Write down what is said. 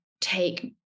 take